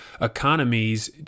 economies